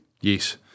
Yes